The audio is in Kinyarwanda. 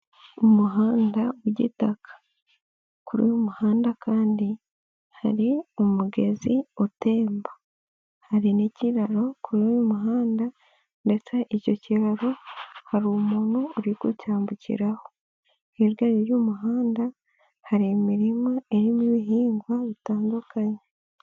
Umuhanda w'igitaka, kuri uyu muhanda kandi hari umugezi utemba, hari n'ikiraro kuri uyu muhanda, ndetse icyo kiraro hari umuntu uri kucyambukiraho. Hirya y'uyu muhanda hari imirima irimo ibihingwa bitandukanye.